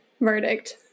verdict